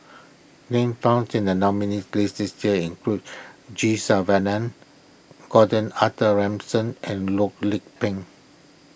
names found in the nominees' list this year include G Gordon Arthur Ransome and Loh Lik Peng